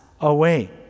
away